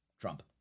Trump